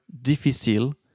difícil